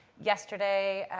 yesterday.